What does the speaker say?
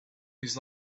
his